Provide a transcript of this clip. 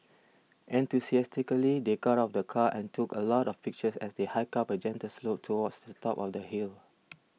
enthusiastically they got of the car and took a lot of pictures as they hiked up a gentle slope towards the top of the hill